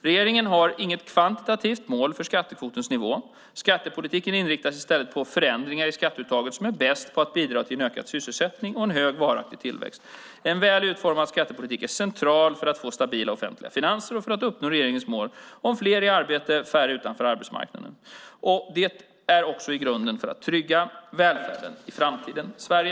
Regeringen har inget kvantitativt mål för skattekvotens nivå. Skattepolitiken inriktas i stället på förändringar i skatteuttaget som på bästa sätt kan bidra till en ökad sysselsättning och en hög och varaktig tillväxt. En väl utformad skattepolitik är central för att få stabila offentliga finanser och för att uppnå regeringens mål om fler i arbete och färre utanför arbetsmarknaden. Det är också grunden för att trygga välfärden i framtidens Sverige.